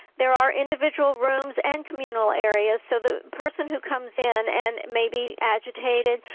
there are individual rooms and communal areas so the person who comes in and maybe agitated,